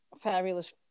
fabulous